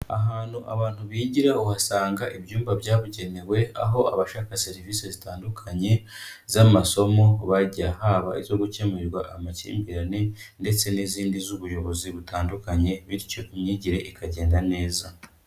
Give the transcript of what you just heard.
Ahantu abantu bigira uhasanga ibyumba byabugenewe, aho abashaka serivisi zitandukanye z'amasomo bajya, haba izo gukemurirwa amakimbirane ndetse n'izindi z'ubuyobozi butandukanye, bityo imyigire ikagenda neza.